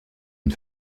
une